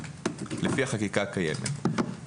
לפי החקיקה הקיימת.